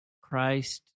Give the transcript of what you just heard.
Christ